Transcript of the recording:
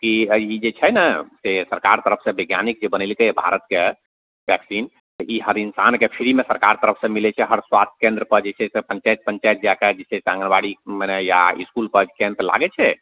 कि ई जे छै ने से सरकार तरफसँ वैज्ञानिक जे बनेलकै भारतके वैक्सीन तऽ ई हर इंसानके फ्रीमे सरकार तरफसँ मिलय छै हर स्वास्थ्य केन्द्रपर जे छै से पञ्चायत पञ्चायत जाकऽ जे छै से आङ्गनवाड़ी या इसकुलपर जे केन्द्र लागय छै